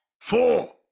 four